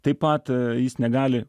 taip pat jis negali